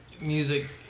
music